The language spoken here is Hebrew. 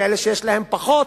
ויש כאלה יש להם פחות.